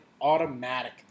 automatic